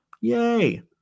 yay